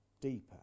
deeper